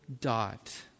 dot